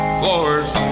floors